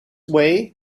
way